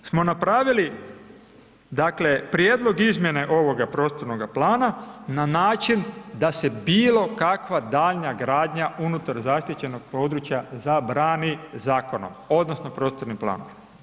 Mi smo napravili dakle prijedlog izmjene ovoga prostornoga plana na način da se bilokakva daljnja gradnja unutar zaštićenog područja zabrani zakonom odnosno prostornim planom.